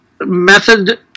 method